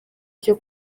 cyo